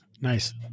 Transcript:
Nice